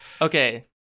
Okay